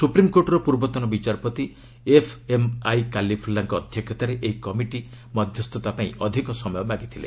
ସୁପ୍ରିମ୍କୋର୍ଟର ପୂର୍ବତନ ବିଚାରପତି ଏଫ୍ଏମ୍ଆଇ କାଲିଫୁଲ୍ଲାଙ୍କ ଅଧ୍ୟକ୍ଷତାରେ ଏହି କମିଟି ମଧ୍ୟସ୍ଥତା ପାଇଁ ଅଧିକ ସମୟ ମାଗିଥିଲେ